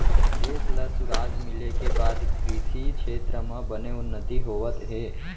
देस ल सुराज मिले के बाद कृसि छेत्र म बने उन्नति होवत हे